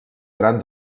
gran